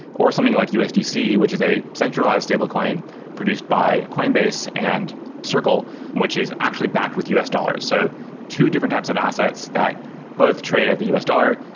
or something like usdc, which is a centralized stablecoin produced by coinbase and circle which is actually backed with us dollar. so two different types of assets that both trade at the us dollar.